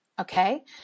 Okay